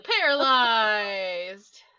paralyzed